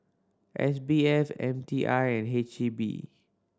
S B F M T I and H E B